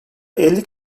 elli